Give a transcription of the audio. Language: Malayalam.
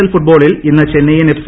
എൽ ഫുട്ബോളിൽ ഇന്ന് ചെന്നൈയിൻ എഫ്